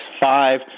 five